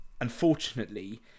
unfortunately